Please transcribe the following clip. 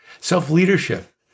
Self-leadership